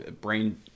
brain